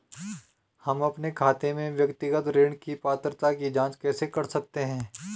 हम अपने खाते में व्यक्तिगत ऋण की पात्रता की जांच कैसे कर सकते हैं?